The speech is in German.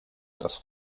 das